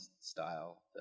style